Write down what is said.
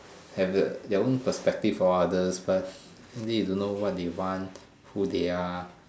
have their own perspective of others but end day you don't know what they want who they are